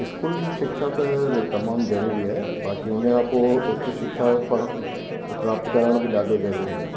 school जी शिक्षा त तमामु जरूरी आहे बाक़ी उनखां पोइ उच शिक्षा पढ प्राप्त करण बि ॾाढो जरूरी आहे